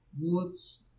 woods